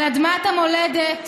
על אדמת המולדת,